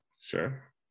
Sure